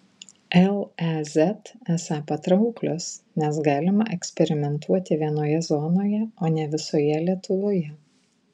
lez esą patrauklios nes galima eksperimentuoti vienoje zonoje o ne visoje lietuvoje